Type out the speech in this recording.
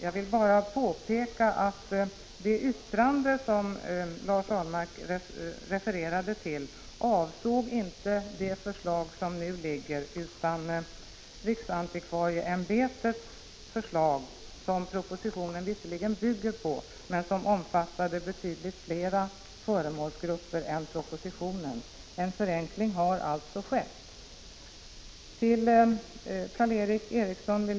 Jag vill bara påpeka att det yttrande som Lars Ahlmark refererade till inte avsåg det förslag som nu föreligger, utan riksantikvarieämbetets förslag, som propositionen visserligen bygger på men som omfattade betydligt fler föremålsgrupper än propositionen. En förenkling har alltså skett.